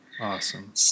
Awesome